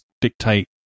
dictate